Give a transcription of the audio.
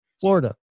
Florida